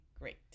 great